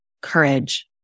courage